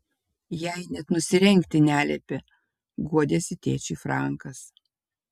jai net nusirengti neliepė guodėsi tėčiui frankas